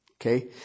Okay